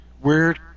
weird